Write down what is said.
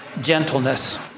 Gentleness